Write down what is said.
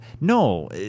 No